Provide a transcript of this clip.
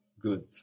Good